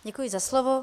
Děkuji za slovo.